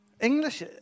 English